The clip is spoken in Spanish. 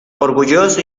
orgulloso